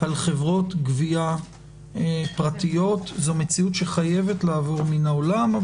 על חברות גבייה פרטיות זו מציאות שחייבת לעבור מן העולם.